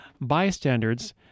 bystanders